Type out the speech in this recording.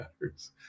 matters